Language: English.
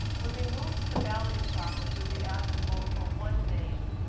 when we move to the balloting process, you will be asked to vote for one name.